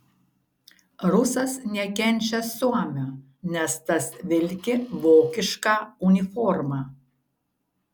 rusas nekenčia suomio nes tas vilki vokišką uniformą